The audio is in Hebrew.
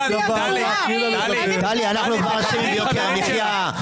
אנחנו אשמים ביוקר המחיה,